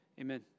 Amen